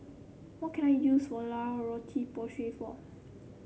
what can I use La Roche Porsay for